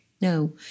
No